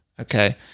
Okay